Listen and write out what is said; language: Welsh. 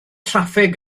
traffig